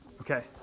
Okay